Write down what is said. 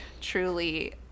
truly